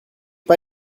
pas